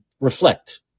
reflect